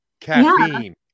caffeine